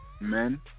men